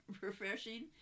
refreshing